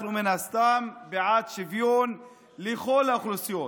אנחנו מן הסתם בעד שוויון לכל האוכלוסיות.